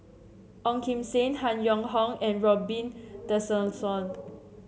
Ong Kim Seng Han Yong Hong and Robin Tessensohn